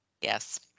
Yes